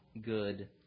good